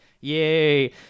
Yay